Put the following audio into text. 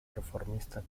reformista